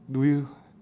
do you